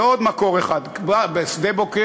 ועוד מקור אחד, משדה-בוקר.